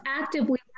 actively